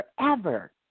forever